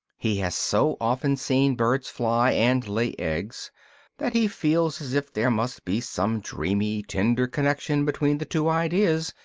he has so often seen birds fly and lay eggs that he feels as if there must be some dreamy, tender connection between the two ideas,